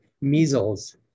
measles